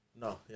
no